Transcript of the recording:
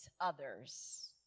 others